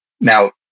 Now